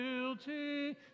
guilty